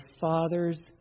father's